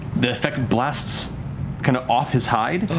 the effect blasts kind of off his hide,